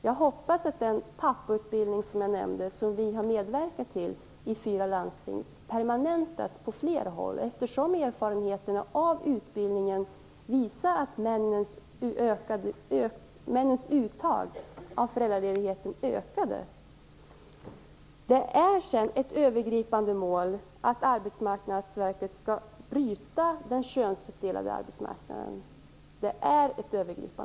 Jag hoppas att den pappautbildning som jag nämnde, som vi har medverkat till i fyra landsting, permanentas på fler håll, eftersom erfarenheterna av utbildningen visat att männens uttag av föräldraledigheten ökade. Det är ett övergripande mål att Arbetsmarknadsverket skall bryta den könsuppdelade arbetsmarknaden.